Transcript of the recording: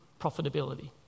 profitability